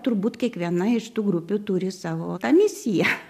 turbūt kiekviena iš tų grupių turi savo tą misiją